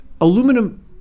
Aluminum